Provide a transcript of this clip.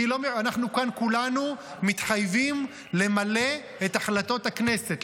אנחנו כאן כולנו מתחייבים למלא את החלטות הכנסת,